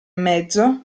mezzo